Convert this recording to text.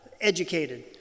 educated